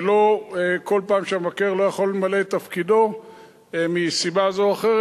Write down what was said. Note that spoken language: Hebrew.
ולא כל פעם שהמבקר לא יכול למלא את תפקידו מסיבה זו או אחרת,